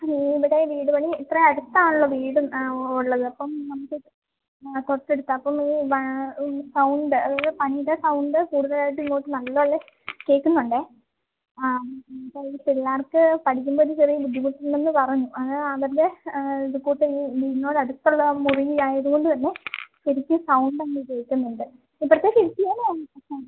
അത് ഇവിടെ വീട് പണി ഇത്ര അടുത്താണല്ലോ വീടും ഉള്ളത് അപ്പം നമുക്ക് തൊട്ടടുത്ത് അപ്പം ഈ സൗണ്ട് അതായത് പണ്ട് സൗണ്ട് കൂടുതലായിട്ട് ഇങ്ങോട്ട് നല്ലപോലെ കേൾക്കുന്നുണ്ടേ ആ അപ്പം ഈ പിള്ളേര്ക്ക് പഠിക്കുമ്പോൾ ഒരു ചെറിയ ബുദ്ധിമുട്ട് ഉണ്ട് എന്ന് പറഞ്ഞു അത് അവരുടെ ഇത്ക്കൂട്ട് ഈ വീടിനോടടുത്തുള്ള മുറി ആയത് കൊണ്ട് തന്നെ ശെരിക്ക് സൗണ്ട് അങ്ങ് കേൾക്കുന്നുണ്ട് ഇപ്പോഴത്തെ പ്രശ്നം